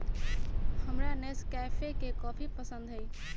हमरा नेस्कैफे के कॉफी पसंद हई